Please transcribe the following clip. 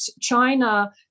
china